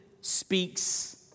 speaks